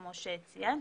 כמו שציינתי,